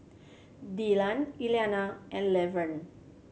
Dillan Iliana and Lavern